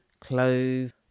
clothes